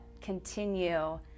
continue